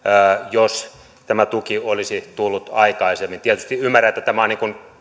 jos tämä tuki olisi tullut aikaisemmin tietysti ymmärrän että tämä on